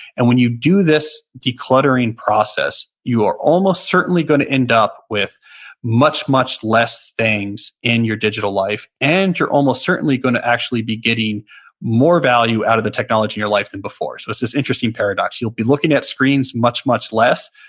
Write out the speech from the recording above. and when you do this decluttering process, you are almost certainly going to end up with much, much less things in your digital life and you're almost certainly going to actually be getting more value out of the technology in your life than before. so it's this interesting paradox. you'll be looking at screens much, much less,